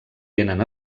vénen